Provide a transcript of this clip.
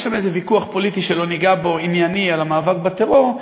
יש שם איזה ויכוח פוליטי ענייני על המאבק בטרור,